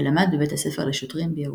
ולמד בבית הספר לשוטרים בירושלים.